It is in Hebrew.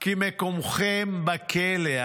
כי מקומכם בכלא".